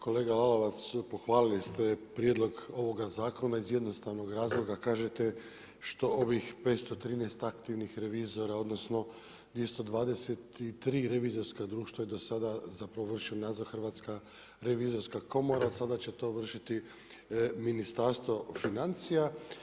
Kolega Lalovac, pohvalili ste prijedlog ovog zakona iz jednostavnog razloga, kažete što ovih 513 aktivnih revizora odnosno 223 revizorska društva do sada zapravo vrši nadzor Hrvatska revizorska komora, sada će to vršiti Ministarstvo financija.